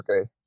okay